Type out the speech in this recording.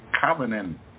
covenant